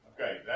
Okay